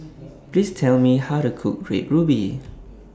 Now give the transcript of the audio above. Please Tell Me How to Cook Red Ruby